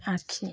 आखि